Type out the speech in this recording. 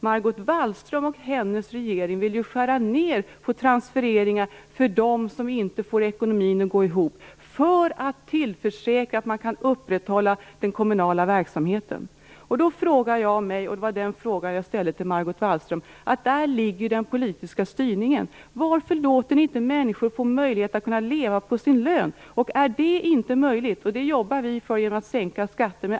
Margot Wallström och den regering hon företräder vill ju skära ner på transfereringar för dem som inte får ekonomin att gå ihop för att tillförsäkra att man kan upprätthålla den kommunala verksamheten. Det var om det jag frågade Margot Där ligger den politiska styrningen. Varför låter ni inte människor få möjlighet att kunna leva på sin lön? Det jobbar vi för genom att sänka skatter.